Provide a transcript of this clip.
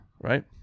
right